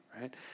right